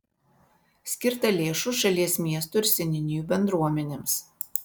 skirta lėšų šalies miestų ir seniūnijų bendruomenėms